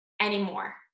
anymore